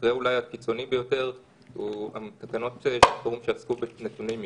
הקיצוני ביותר זה אולי תקנות שעת חירום שעסקו בנתוני מיקום,